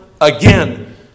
Again